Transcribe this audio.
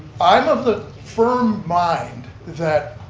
i'm of the firm mind that,